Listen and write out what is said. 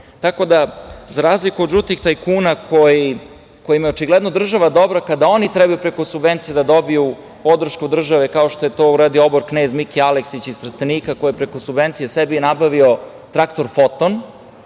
Tako da, za razliku od žutih tajkuna, kojima je očigledno država dobra kada oni treba preko subvencija da dobiju podršku države, kao što je to uradio obor knez Mika Aleksić iz Trstenika koji je preko subvencija sebi nabavio traktor „foton“,